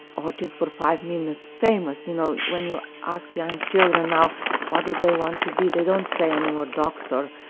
or just for five minutes, famous, you know, when you're asking children now what do they want to be, they don't say any more, a doctor,